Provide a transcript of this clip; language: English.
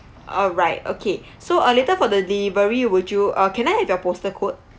alright okay so uh later for the delivery would you uh can I have your postal code